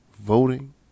voting